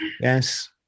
Yes